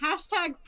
hashtag